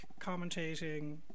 commentating